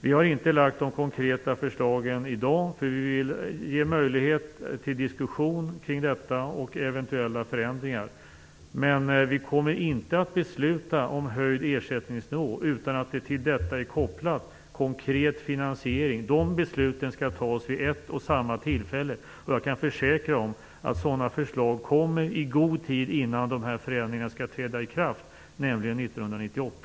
Vi har inte lagt fram konkreta förslag i dag. Vi vill ge möjlighet till diskussion kring detta och eventuella förändringar. Men vi kommer inte att besluta om höjd ersättningsnivå utan att det till detta är kopplat konkret finansiering. De besluten skall fattas vid ett och samma tillfälle. Jag kan försäkra att sådana förslag kommer i god tid innan dessa förändringar skall träda i kraft, nämligen år 1998.